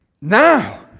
Now